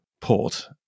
port